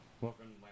Welcome